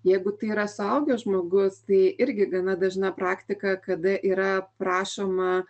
jeigu tai yra suaugęs žmogus tai irgi gana dažna praktika kada yra prašoma